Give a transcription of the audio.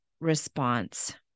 response